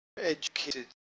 educated